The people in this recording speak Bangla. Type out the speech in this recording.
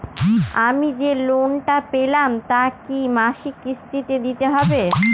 আমি যে লোন টা পেলাম তা কি মাসিক কিস্তি তে দিতে হবে?